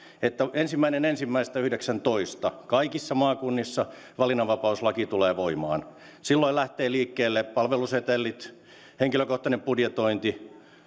että ensimmäinen ensimmäistä kaksituhattayhdeksäntoista kaikissa maakunnissa valinnanvapauslaki tulee voimaan silloin lähtevät liikkeelle palvelusetelit henkilökohtainen budjetointi